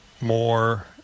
more